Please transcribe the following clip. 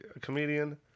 comedian